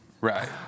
Right